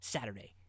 Saturday